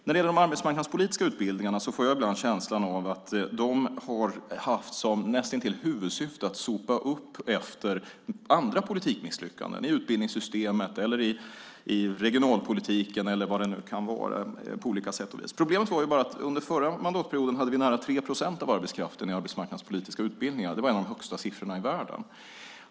När det gäller de arbetsmarknadspolitiska utbildningarna får jag ibland en känsla av att de näst intill har haft som huvudsyfte att sopa upp efter andra politikmisslyckanden i utbildningssystemet eller i regionalpolitiken eller vad det nu kan vara. Problemet var bara att under den förra mandatperioden hade vi nära 3 procent av arbetskraften i arbetsmarknadspolitiska utbildningar. Det var en av de högsta siffrorna i världen.